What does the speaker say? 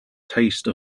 taste